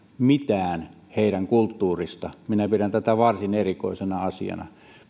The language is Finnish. mitään heidän kulttuuristaan minä pidän tätä varsin erikoisena asiana